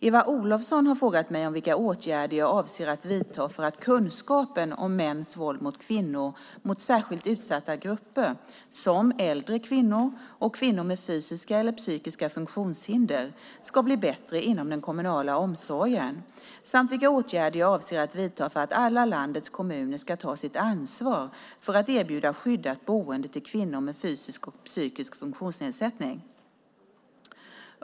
Eva Olofsson har frågat mig vilka åtgärder jag avser att vidta för att kunskapen om mäns våld mot kvinnor, mot särskilt utsatta grupper som äldre kvinnor och kvinnor med fysiska eller psykiska funktionshinder, ska bli bättre inom den kommunala omsorgen samt vilka åtgärder jag avser att vidta för att alla landets kommuner ska ta sitt ansvar för att erbjuda skyddat boende till kvinnor med fysisk eller psykisk funktionsnedsättning.